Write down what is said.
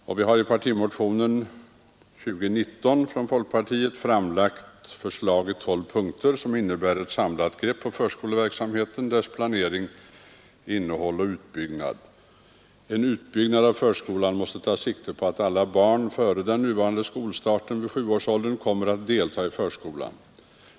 Vi har i partimotionen 2019 framlagt ett förslag i tolv punkter som innebär ett samlat grepp på förskoleverksamheten, dess planering, innehåll och utbyggnad. En utbyggnad av förskolan måste ta sikte på att alla barn före den nuvarande skolstarten vid sjuårsåldern kommer att delta i förskolan.